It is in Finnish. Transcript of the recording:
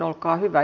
olkaa hyvä